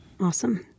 Awesome